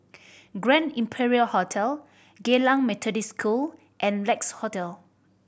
Grand Imperial Hotel Geylang Methodist School and Lex Hotel